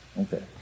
Okay